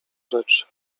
rzecz